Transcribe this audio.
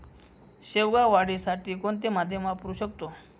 शेवगा वाढीसाठी कोणते माध्यम वापरु शकतो?